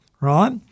right